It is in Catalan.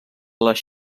les